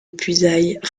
puisaye